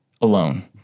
alone